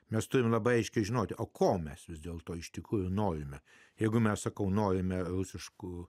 mes turime labai aiškiai žinoti o ko mes vis dėlto iš tikrųjų norime jeigu mes sakau norime rusiškų